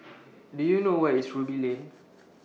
Do YOU know Where IS Ruby Lane